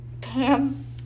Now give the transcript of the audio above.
Pam